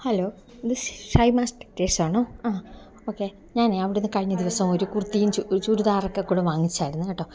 hello ഇത് ശ് ഷൈമാസ്റ്റ് ആണോ അ ഓക്കെ ഞാനെ അവിടുന്ന് കഴിഞ്ഞദിവസം ഒരു കുര്ത്തിയും ചു ചുരിദാറൊക്കെ കൂടെ വാങ്ങിച്ചായിരുന്ന് കേട്ടൊ